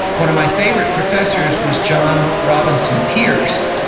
one of my favorite professors was john robinson pierce,